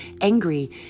angry